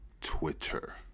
Twitter